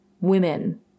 women